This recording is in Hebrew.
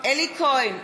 אלי כהן,